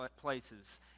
places